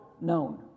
known